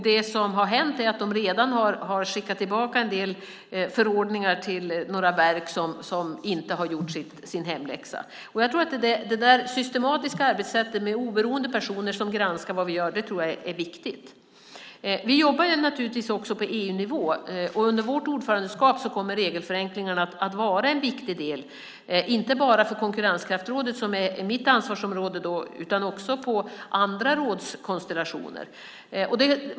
Det som har hänt är att de redan har skickat tillbaka en del förordningar till några verk som inte har gjort sin hemläxa. Det systematiska arbetet, med oberoende personer som granskar vad vi gör, är viktigt. Vi jobbar naturligtvis på EU-nivå, och under vårt ordförandeskap kommer regelförenklingarna att vara en viktig del, inte bara för Konkurrenskraftsrådet, som är mitt ansvarsområde, utan också för andra rådskonstellationer.